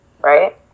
right